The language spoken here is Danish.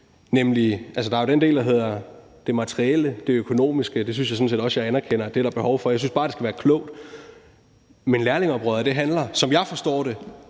Der er den del, der handler om det materielle og det økonomiske, og det synes jeg sådan set også jeg anerkender at der er behov for, men jeg synes bare, det skal gøres klogt. Men lærlingeoprøret handler, som jeg forstår det,